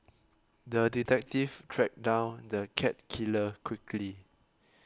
the detective tracked down the cat killer quickly